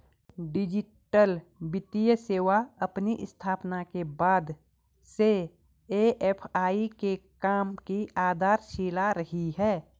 digital वित्तीय सेवा अपनी स्थापना के बाद से ए.एफ.आई के काम की आधारशिला रही है